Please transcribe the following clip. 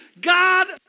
God